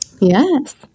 Yes